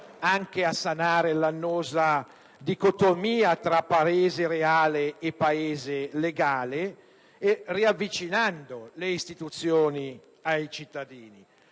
anche a sanare l'annosa dicotomia tra Paese reale e Paese legale, riavvicinando le istituzioni ai cittadini.